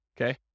okay